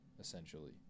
essentially